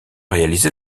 réalisé